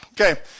Okay